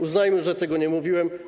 Uznajmy, że tego nie mówiłem.